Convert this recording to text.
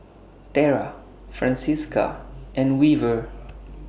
Tera Francisca and Weaver